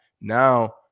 Now